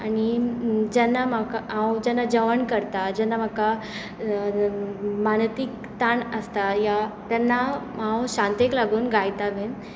आनी जेन्ना म्हाका हांव जेन्ना जेवण करतां जेन्ना म्हाका मानसीक ताण आसता वा तेन्ना हांव शांतेक लागून गायतां बी